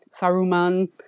Saruman